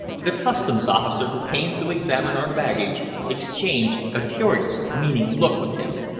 the customs officer who came to examine our baggage exchanged a curious meaning look with him.